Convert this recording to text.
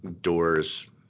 Doors